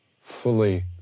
fully